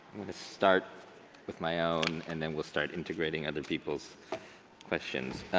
start with my own and then we'll start integrating other people's questions